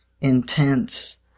intense